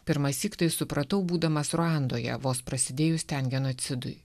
pirmąsyk tai supratau būdamas ruandoje vos prasidėjus ten genocidui